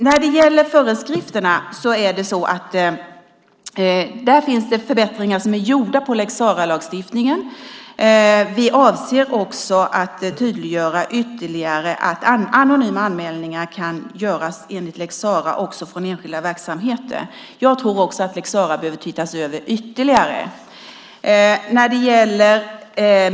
När det gäller föreskrifterna har förbättringar gjorts i lex Sarah-lagstiftningen. Vi avser också att tydliggöra ytterligare att anonyma anmälningar kan göras enligt lex Sarah också från enskilda verksamheter. Jag tror också att lex Sarah behöver tittas över ytterligare.